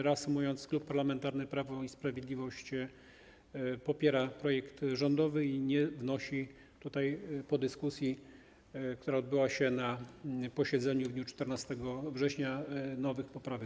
Reasumując, Klub Parlamentarny Prawo i Sprawiedliwość popiera projekt rządowy i nie wnosi po dyskusji, która odbyła się na posiedzeniu w dniu 14 września, nowych poprawek.